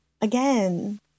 again